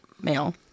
male